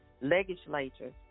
legislators